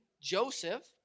Joseph